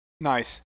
Nice